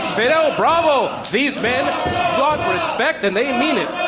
fidel bravo, these man want respect and they mean it.